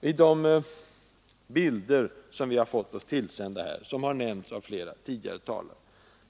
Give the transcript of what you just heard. På de bilder som vi har fått oss tillsända, och som har nämnts av flera tidigare talare,